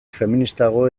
feministago